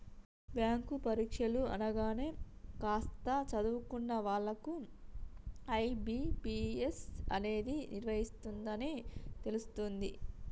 bank పరీక్షలు అనగానే కాస్త చదువుకున్న వాళ్ళకు ఐ.బీ.పీ.ఎస్ అనేది నిర్వహిస్తుందని తెలుస్తుంది